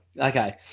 Okay